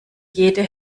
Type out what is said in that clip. jede